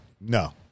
no